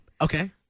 okay